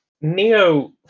Neo